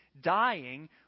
dying